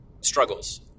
struggles